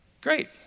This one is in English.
Great